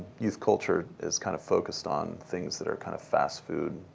youth culture is kind of focused on things that are kind of fast food.